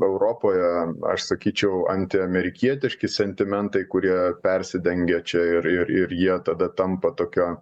europoje aš sakyčiau antiamerikietiški sentimentai kurie persidengia čia ir ir ir jie tada tampa tokio